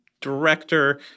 director